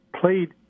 played